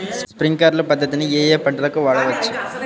Sprinkler పద్ధతిని ఏ ఏ పంటలకు వాడవచ్చు?